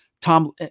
Tom